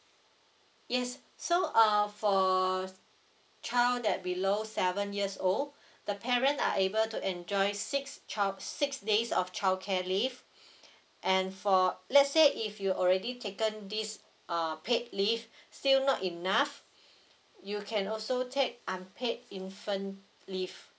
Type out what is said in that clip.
yes so uh for child that below seven years old the parent are able to enjoy six chi~ six days of childcare leave and for let's say if you already taken this uh paid leave still not enough you can also take unpaid infant leave